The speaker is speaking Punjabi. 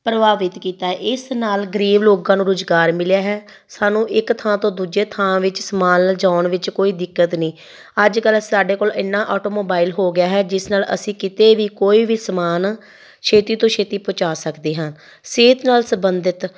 ਪ੍ਰਭਾਵਿਤ ਕੀਤਾ ਹੈ ਇਸ ਨਾਲ ਗਰੀਬ ਲੋਕਾਂ ਨੂੰ ਰੁਜ਼ਗਾਰ ਮਿਲਿਆ ਹੈ ਸਾਨੂੰ ਇੱਕ ਥਾਂ ਤੋਂ ਦੂਜੇ ਥਾਂ ਵਿੱਚ ਸਮਾਨ ਲਿਜਾਉਣ ਵਿੱਚ ਕੋਈ ਦਿੱਕਤ ਨਹੀਂ ਅੱਜ ਕੱਲ੍ਹ ਸਾਡੇ ਕੋਲ ਇੰਨਾ ਆਟੋ ਮੋਬਾਇਲ ਹੋ ਗਿਆ ਹੈ ਜਿਸ ਨਾਲ ਅਸੀਂ ਕਿਤੇ ਵੀ ਕੋਈ ਵੀ ਸਮਾਨ ਛੇਤੀ ਤੋਂ ਛੇਤੀ ਪਹੁੰਚਾ ਸਕਦੇ ਹਾਂ ਸਿਹਤ ਨਾਲ ਸੰਬੰਧਿਤ